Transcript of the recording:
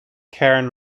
karen